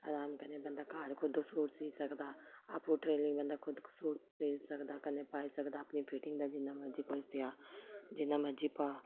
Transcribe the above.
आराम कन्नै बंदा घर खुद सूट सी सकदा आपूं टेलरिंग बंदा खुद सूट सी सकदा कन्नै पाई सकदा अपनी फिटिंग दा जि'यां मर्जी कोई सेआऽ जि'यां मर्जी पाऽ